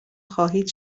خواهید